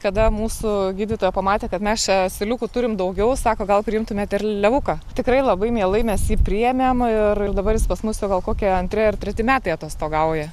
kada mūsų gydytoja pamatė kad mes čia asiliukų turim daugiau sako gal priimtumėte ir levuką tikrai labai mielai mes jį priėmėm ir dabar jis pas mus jau gal kokie antri ar treti metai atostogauja